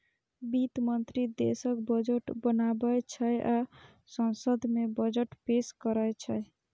वित्त मंत्री देशक बजट बनाबै छै आ संसद मे बजट पेश करै छै